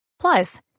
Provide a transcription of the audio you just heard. Plus